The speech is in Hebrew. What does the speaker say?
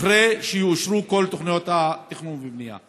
אחרי שיאושרו כל תוכניות התכנון והבנייה.